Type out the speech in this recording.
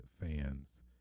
fans